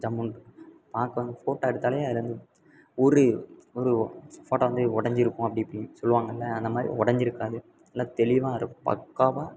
ஜம்முன்னு பார்க்க வந்து ஃபோட்டாே எடுத்தாலே அதில் வந்து ஒரு ஒரு ஃபோட்டாே வந்து உடஞ்சிருக்கும் அப்படி இப்படினு சொல்வாங்க இல்லை அது மாதிரி உடஞ்சிருக்காது நல்ல தெளிவாக இருக்கும் பக்காவாக